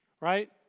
right